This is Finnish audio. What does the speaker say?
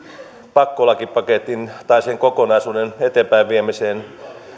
pakkolakipaketin tai sen kokonaisuuden eteenpäin viemiseen